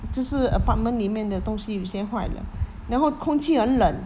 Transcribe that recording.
就是 apartment 里面的东西有些坏了然后空气很冷